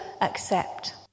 accept